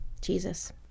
jesus